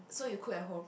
so you cook at home